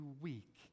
weak